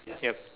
yup